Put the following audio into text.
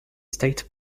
state